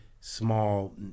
small